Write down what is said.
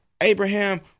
Abraham